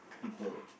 people